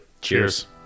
Cheers